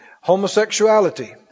Homosexuality